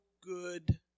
good